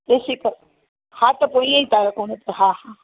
ॾिसी पोइ हा त पोइ इहो था रखूं हा हा